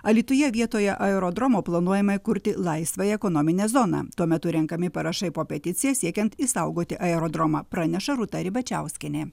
alytuje vietoje aerodromo planuojama įkurti laisvąją ekonominę zoną tuo metu renkami parašai po peticija siekiant išsaugoti aerodromą praneša rūta ribačiauskienė